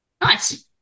Nice